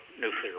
nuclear